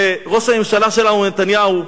לראש הממשלה שלנו, נתניהו,